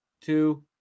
two